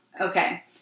Okay